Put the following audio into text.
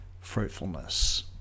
fruitfulness